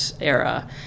era